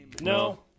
No